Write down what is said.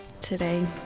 today